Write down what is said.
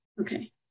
Okay